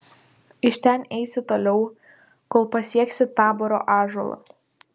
iš ten eisi toliau kol pasieksi taboro ąžuolą